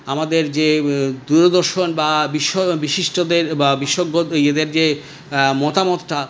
আমাদের যে দূরদর্শন বা বিশ্য বিশিষ্টদের বা বিশজ্ঞ ইয়েদের যে মতামতটা